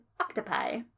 octopi